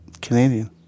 Canadian